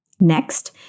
Next